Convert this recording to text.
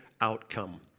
outcome